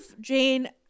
jane